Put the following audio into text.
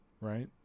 right